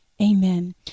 amen